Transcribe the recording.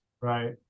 right